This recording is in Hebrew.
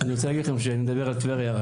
אני רוצה להגיד לכם שאני מדבר על טבריה.